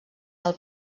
del